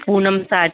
Poonam sari